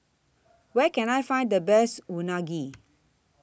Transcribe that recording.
Where Can I Find The Best Unagi